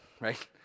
right